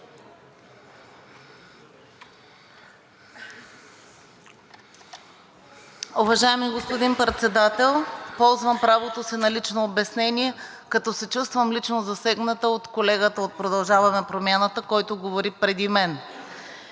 Уважаеми господин Председател, ползвам правото си на лично обяснение, като се чувствам лично засегната от колегата от „Продължаваме Промяната“, който говори преди мен.